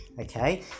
okay